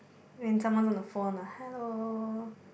when someone's on the phone like hello